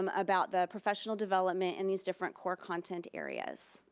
um about the professional development, in these different core content areas.